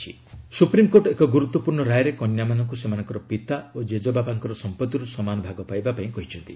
SC inheritance right supreme court ଏକ ଗୁରୁତ୍ୱପୂର୍ଣ୍ଣ ରାୟରେ କନ୍ୟାମାନଙ୍କୁ ସେମାନଙ୍କର ପିତା ଓ ଜେଜବାପାଙ୍କର ସମ୍ପତ୍ତିରୁ ସମାନ ଭାଗ ପାଇବା ପାଇଁ କହିଛନ୍ତି